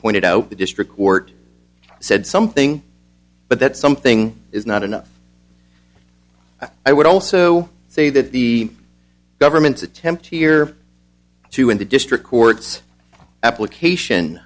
pointed out the district court said something but that something is not enough i would also say that the government's attempt here to in the district courts application